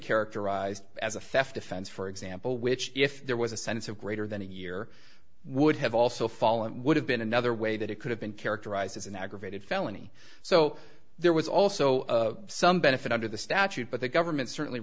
characterized as a theft offense for example which if there was a sense of greater than a year would have also fallen would have been another way that it could have been characterized as an aggravated felony so there was also some benefit under the statute but the government certainly